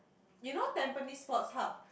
you know Tampines Sports Hub